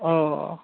अ